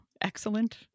excellent